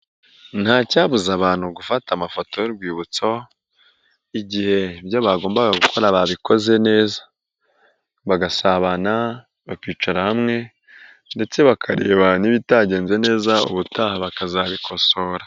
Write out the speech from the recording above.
Ntacyabuza abantu gufata amafoto y'urwibutso, igihe ibyo bagombaga gukora babikoze neza, bagasabana, bakicara hamwe ndetse bakareba n'ibitagenze neza, ubutaha bakazabikosora.